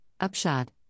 Upshot